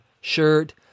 shirt